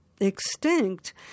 extinct